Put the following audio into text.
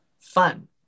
fun